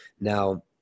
Now